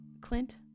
Clint